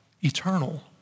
eternal